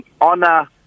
honor